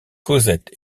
cosette